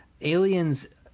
Aliens